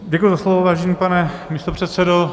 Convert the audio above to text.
Děkuji za slovo, vážený pane místopředsedo.